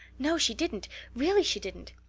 no, she didn't really she didn't.